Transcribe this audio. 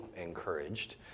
encouraged